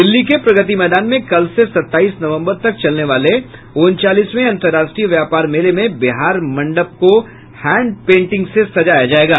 दिल्ली के प्रगति मैदान में कल से सत्ताईस नवम्बर तक चलने वाले उनतालीसवें अंतर्राष्ट्रीय व्यापार मेले में बिहार के मंडप को हैंड पेंटिंग से सजाया जायेगा